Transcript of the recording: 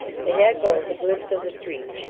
they had both a glimpse of the street.